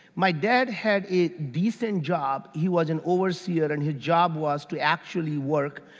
my dad had a decent job. he was an overseer and his job was to actually work,